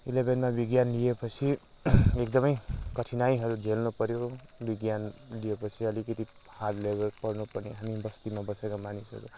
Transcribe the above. इलेभेनमा विज्ञान लिएपछि एकदमै कठिनाइहरू झेल्नु पऱ्यो विज्ञान लिएपछि अलिकति हार्ड लेभल पढ्नु पर्ने हामी बस्तिमा बसेका मान्छेहरू